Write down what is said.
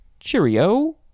Cheerio